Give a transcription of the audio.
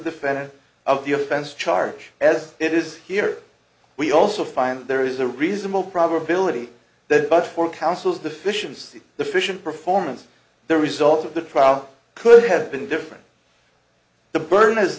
defendant of the offense charge as it is here we also find that there is a reasonable probability that but for counsel's deficiency the fission performance the result of the trial could have been different the burden is